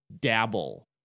dabble